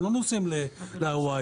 אנחנו לא נוסעים להוואי.